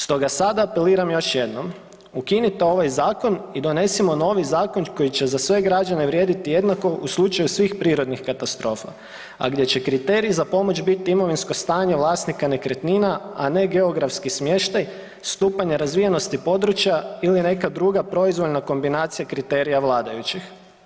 Stoga sad apeliram još jednom, ukinite ovaj zakon i donesimo novi zakon koji će za sve građane vrijediti jednako u slučaju svih prirodnih katastrofa, a gdje će kriterij za pomoć biti imovinsko stanje vlasnika nekretnina, a ne geografski smještaj, stupanj razvijenosti područja ili neka druga proizvoljna kombinacija kriterija vladajućih.